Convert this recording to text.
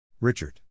Richard